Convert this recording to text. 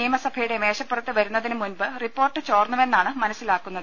നിയമസഭയുടെ മേശപ്പുറത്ത് വരുന്നതിന് മുമ്പ് റിപ്പോർട്ട് ചോർന്നുവെന്നാണ് മനസ്സിലാക്കുന്നത്